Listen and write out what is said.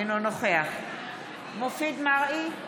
אינו נוכח מופיד מרעי,